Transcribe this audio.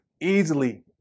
easily